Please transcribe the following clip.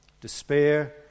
despair